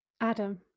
Adam